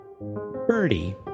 Birdie